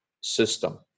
system